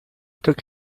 took